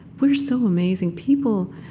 we're so amazing. people,